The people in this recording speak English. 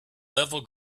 level